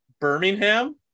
Birmingham